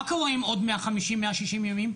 מה קורה עם עוד 150,160 ימים?